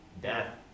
Death